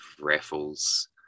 raffles